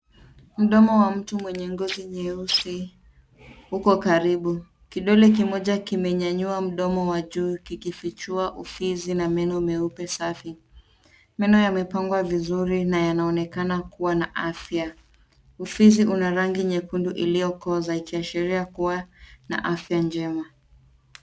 Mdomo wa mtu mwenye ngozi nyeusi uko karibu. Kidole kimoja kimenyanyua mdomo wa juu kikifichua ufizi na meno meupe safi. Meno yamepangwa vizuri na yanaonekana kuwa na afya. Ufizi una rangi nyekundu iliyo koza ukiashiria kuwa na afya njema.